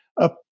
up